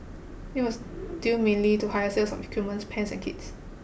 it was due mainly to higher sales of equipment pans and kits